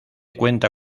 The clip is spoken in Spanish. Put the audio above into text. cuenta